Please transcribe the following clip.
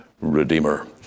Redeemer